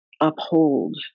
uphold